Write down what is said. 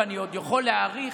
ואני עוד יכול להאריך,